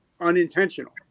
unintentional